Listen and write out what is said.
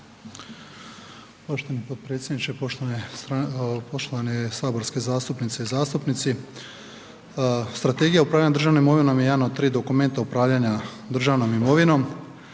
Poštovani potpredsjedniče, poštovane saborske zastupnice i zastupnici. Strategija upravljanja državnom imovinom je jedan od 3 dokumenta upravljanja državnom imovinom,